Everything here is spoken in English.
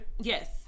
Yes